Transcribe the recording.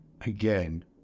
again